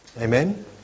Amen